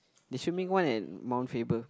they should make one at Mount-Faber